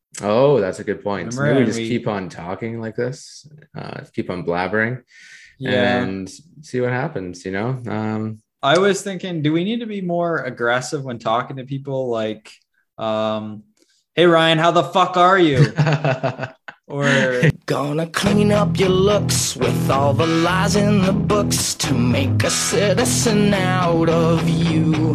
Oh, that's a good point. Remember Maybe we when just we- keep on talking like this, uh, keep on blabbering Yeah. and see what happens, you know? Um, I was thinking, do we need to be more aggressive when talking to people, like, um, "Hey, Ryan, how the fuck are you?" Or- Gonna clean up your looks with all the lies in the books to make a citizen out of you.